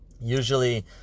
usually